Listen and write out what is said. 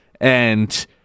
and-